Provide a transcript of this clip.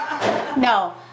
No